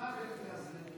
ומה בנט יעשה?